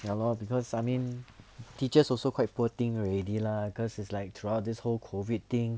ya lor because I mean teachers also quite poor thing already lah cause is like throughout this whole COVID thing